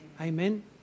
Amen